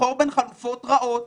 לבחור בין חלופות רעות